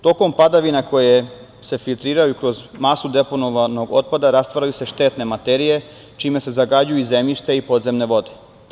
Tokom padavina koje se filtriraju kroz masu deponovanog otpada rastvaraju se štetne materije, čime se zagađuju zemljište i podzemne vode.